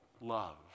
love